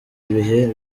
bihe